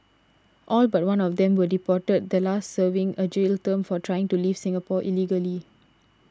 all but one of them were deported the last serving a jail term for trying to leave Singapore illegally